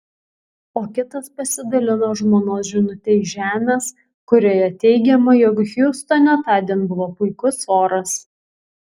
o kitas pasidalino žmonos žinute iš žemės kurioje teigiama jog hjustone tądien buvo puikus oras